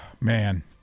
Man